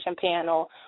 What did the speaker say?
panel